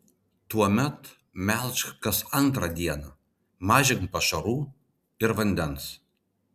tuomet melžk kas antrą dieną mažink pašarų ir vandens